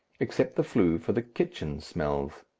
except the flue for the kitchen smells.